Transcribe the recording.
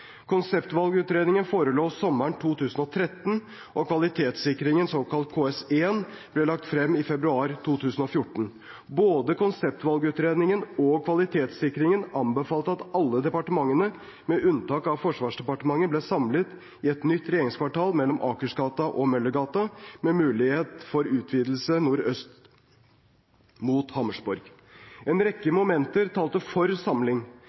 Konseptvalgutredningen forelå sommeren 2013, og kvalitetssikringen, såkalt KS1, ble lagt frem i februar 2014. Både konseptvalgutredningen og kvalitetssikringen anbefalte at alle departementene – med unntak av Forsvarsdepartementet – ble samlet i et nytt regjeringskvartal mellom Akersgata og Møllergata, med mulighet for utvidelse nordøst mot Hammersborg. En rekke momenter talte for samling: